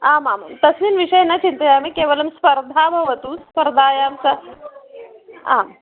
आमामां तस्मिन् विषये न चिन्तयामि केवलं स्पर्धा भवतु स्पर्धायां सः आम्